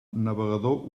navegador